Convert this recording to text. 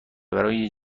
برای